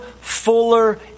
fuller